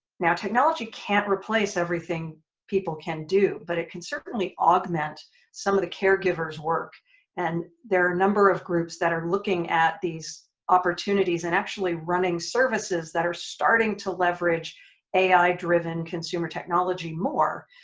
now technology can't replace everything people can do but it can certainly augment some of the caregivers work and there are a number of groups that are looking at these opportunities and actually running services that are starting to leverage ai driven consumer technology more,